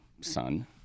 son